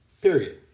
period